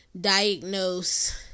diagnose